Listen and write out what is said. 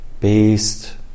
based